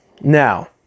Now